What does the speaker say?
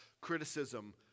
criticism